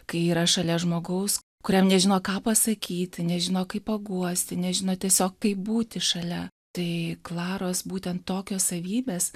kai yra šalia žmogaus kuriam nežino ką pasakyti nežino kaip paguosti nežino tiesiog kaip būti šalia tai klaros būtent tokios savybės